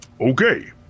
Okay